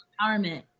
empowerment